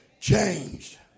changed